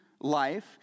life